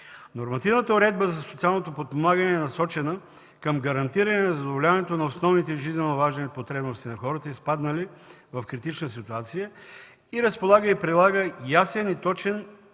Нормативната уредба за социалното подпомагане е насочена към гарантиране на задоволяването на основните жизненоважни потребности на хората, изпаднали в критична ситуация, и разполага, и прилага ясен, точен, обективно